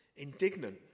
Indignant